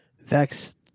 vex